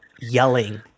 yelling